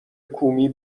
کومی